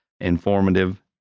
informative